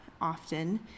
often